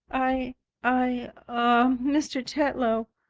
i i oh, mr. tetlow,